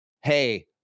hey